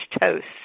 toast